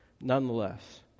Nonetheless